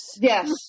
Yes